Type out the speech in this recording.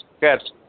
Good